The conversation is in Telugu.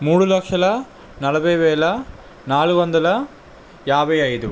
మూడు లక్షల నలభై వేల నాలుగు వందల యాభై ఐదు